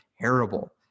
terrible